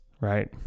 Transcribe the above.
right